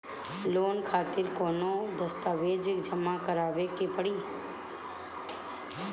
Loan खातिर कौनो दस्तावेज जमा करावे के पड़ी?